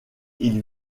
ils